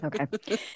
Okay